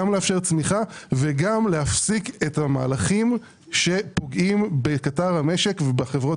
גם לאפשר צמיחה וגם להפסיק את המענקים שפוגעים בקטר המשק ובחברות